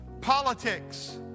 Politics